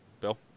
Bill